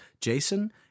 Jason